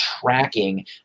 tracking